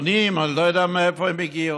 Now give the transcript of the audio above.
מועדונים, אני לא יודע מאיפה הם הגיעו.